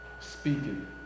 speaking